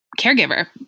caregiver